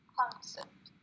concept